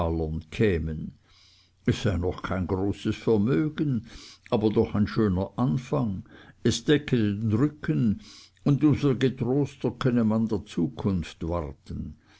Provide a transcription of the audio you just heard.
kämen es sei noch kein großes vermögen aber doch ein schöner anfang es decke den rücken und um so getroster könne man der zukunft warten